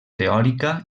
teòrica